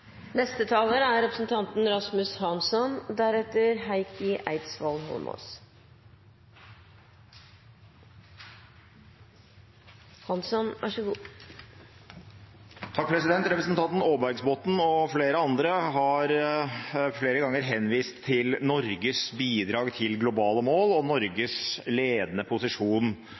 Representanten Aarbergsbotten og flere andre har flere ganger henvist til Norges bidrag til globale mål og Norges ledende posisjon